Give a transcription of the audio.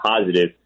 positive